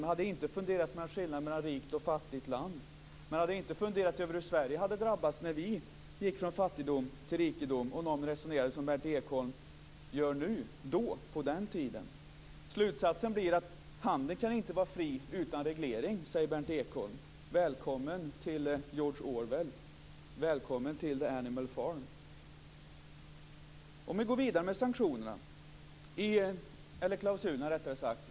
Man hade inte funderat över skillnaderna mellan rikt och fattigt land. Man hade inte funderat över hur Sverige hade drabbats när vi gick från fattigdom till rikedom om någon hade resonerat som Berndt Ekholm gör nu på den tiden. Slutsatsen blir att handeln inte kan vara fri utan reglering, säger Berndt Ekholm. Välkommen till George Orwell! Välkommen till Animal Farm!